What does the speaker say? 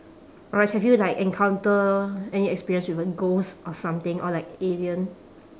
alright so have you like encounter any experience with a ghost or something or like alien